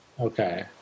Okay